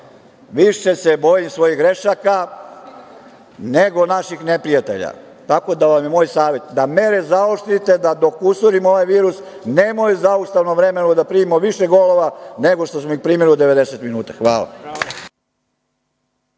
više se bojim svojih grešaka nego naših neprijatelja. Tako da vam je moj savet da mere zaoštrite, da dokusurimo ovaj virus, da se ne desi da u zaustavnom vremenu primimo više golova nego što smo ih primili u 90 minuta. Hvala.